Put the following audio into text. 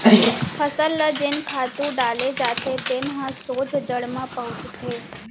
फसल ल जेन खातू डाले जाथे तेन ह सोझ जड़ म पहुंचथे